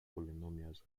polynomials